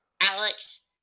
Alex